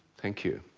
thank you.